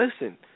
Listen